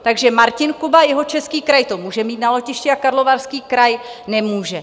Takže Martin Kuba, Jihočeský kraj to může mít na letišti, a Karlovarský kraj nemůže.